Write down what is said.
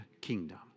kingdom